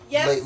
Yes